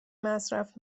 مصرف